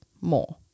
more